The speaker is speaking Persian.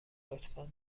لطفا